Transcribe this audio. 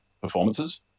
performances